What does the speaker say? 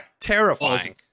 Terrifying